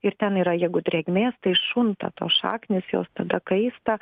ir ten jeigu drėgmės tai šunta tos šaknys jos tada kaista